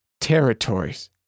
territories